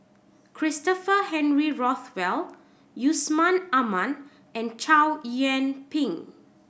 Christopher Henry Rothwell Yusman Aman and Chow Yian Ping